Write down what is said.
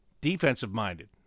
defensive-minded